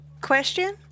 Question